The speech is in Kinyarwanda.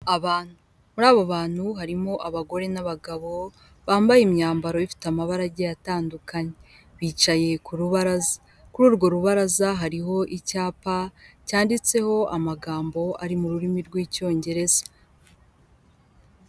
Abantu, muri abo bantu harimo abagore n'abagabo bambaye imyambaro ifite amabara agiye atandukanye bicaye ku rubaraza, kuri urwo rubaraza hariho icyapa cyanditseho amagambo ari mu rurimi rw'icyongereza.